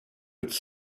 its